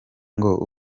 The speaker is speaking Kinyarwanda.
ngo